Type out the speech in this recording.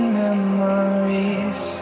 memories